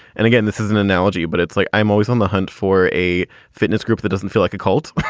and again, this is an analogy, but it's like i'm always on the hunt for a fitness group that doesn't feel like a cult.